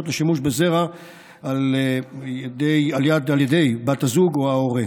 לשימוש בזרע על ידי בת הזוג או ההורה.